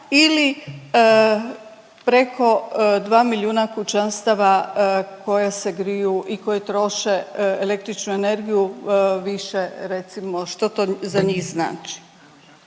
ili preko 2 milijuna kućanstava koje se griju i koje troše električnu energiju više recimo što to za njih znači.